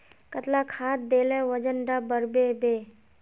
कतला खाद देले वजन डा बढ़बे बे?